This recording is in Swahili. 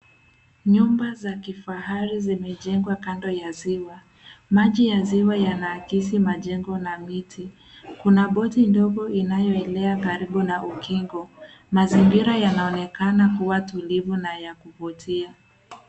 Nyumba za kifahari zimejengwa kando ya ziwa. Maji ya ziwa yana akisi majengo na miti. Kuna boti ndogo inayo elea karibu na ukingo. Mazingira yanaonekana kuwa tulivu na ya kuvutia.